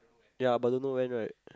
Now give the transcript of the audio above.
ya but don't know when right